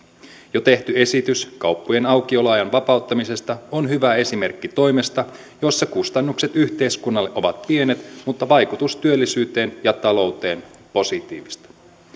jo tehty esitys kauppojen aukioloajan vapauttamisesta on hyvä esimerkki toimesta jossa kustannukset yhteiskunnalle ovat pienet mutta vaikutus työllisyyteen ja talouteen positiivista